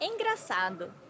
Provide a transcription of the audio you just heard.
Engraçado